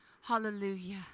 Hallelujah